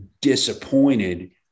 disappointed